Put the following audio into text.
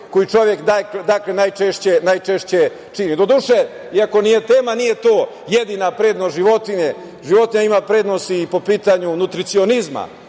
koju čovek najčešće čini. Doduše, iako nije tema, nije to jedina prednost životinje. Životinja ima prednosti i po pitanju nutricionizma.